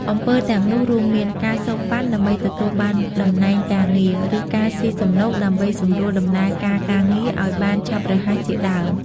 អំពើទាំងនោះរួមមាន ការសូកប៉ាន់ដើម្បីទទួលបានតំណែងការងារ ឬការស៊ីសំណូកដើម្បីសម្រួលដំណើរការការងារឲ្យបានឆាប់រហ័សជាដើម។